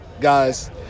guys